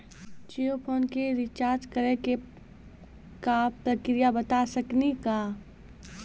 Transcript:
Jio phone के recharge करे के का प्रक्रिया बता साकिनी का?